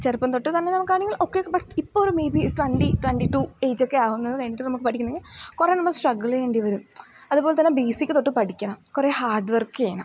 ചെറുപ്പം തൊട്ടുതന്നെ നമുക്കാണെങ്കിൽ ഓക്കെ ബട്ട് ഇപ്പോഴൊരു മേയ് ബി ഒരു ട്വൻ്റി ട്വൻ്റി ടു ഏജൊക്കെ ആവുന്നതു കഴിഞ്ഞിട്ട് നമുക്ക് പഠിക്കണമെങ്കിൽ കുറേ നമ്മൾ സ്ട്രഗിള് ചെയ്യേണ്ടി വരും അതുപോലെതന്നെ ബേസിക്ക് തൊട്ടു പഠിക്കണം കുറേ ഹാഡ് വർക്ക് ചെയ്യണം